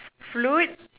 flute